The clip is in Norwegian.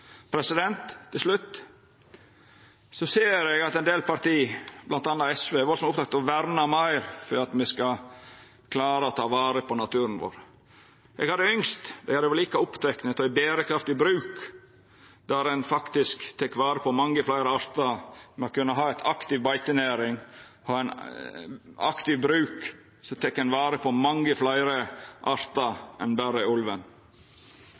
Til slutt: Eg ser at ein del parti, bl.a. SV, har vore så opptekne av å verna meir for at me skal klara å ta vare på naturen vår. Eg hadde ynskt dei hadde vore like opptekne av berekraftig bruk, der ein faktisk tek vare på mange fleire artar. Ved å kunna ha ei aktiv beitenæring, ha aktiv bruk, tek ein vare på mange fleire artar enn berre ulven.